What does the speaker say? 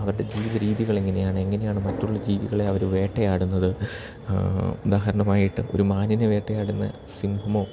അവരുടെ ജീവിത രീതികൾ എങ്ങനെയാണ് എങ്ങനെയാണ് മറ്റുള്ള ജീവികളെ അവർ വേട്ടയാടുന്നത് ഉദാഹരണമായിട്ട് ഒരു മാനിനെ വേട്ടയാടുന്ന സിംഹമോ